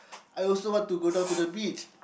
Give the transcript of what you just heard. I also want to go down to the beach